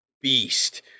beast